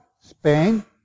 Spain